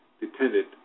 dependent